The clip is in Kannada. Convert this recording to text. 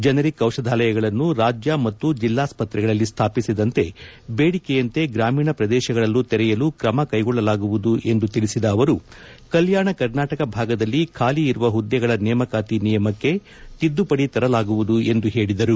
ಜೆನರಿಕ್ ಜಿಷಾದಾಲಯಗಳನ್ನು ರಾಜ್ಯ ಮತ್ತು ಜಿಲ್ನಾಸ್ತ್ರಗಳಲ್ಲಿ ಸ್ಮಾಪಿಸಿದಂತೆ ಬೇಡಿಕೆಯಂತೆ ಗ್ರಾಮೀಣ ಪ್ರದೇಶಗಳಲ್ಲೂ ತೆರೆಯಲು ಕ್ರಮ ಕೈಗೊಳ್ಳಲಾಗುವುದು ಎಂದು ತಿಳಿಸಿದ ಅವರು ಕಲ್ಟಾಣ ಕರ್ನಾಟಕ ಭಾಗದಲ್ಲಿ ಖಾಲಿ ಇರುವ ಹುದ್ದೆಗಳ ನೇಮಕಾತಿ ನಿಯಮಕ್ಕೆ ತಿದ್ದುಪಡಿ ತರಲಾಗುವುದು ಎಂದು ಹೇಳಿದರು